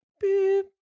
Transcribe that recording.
Beep